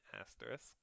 Asterisk